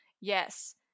Yes